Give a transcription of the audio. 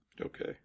Okay